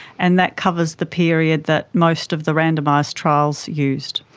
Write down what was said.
and that covers the period that most of the randomised trials used.